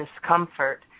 discomfort